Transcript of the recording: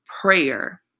prayer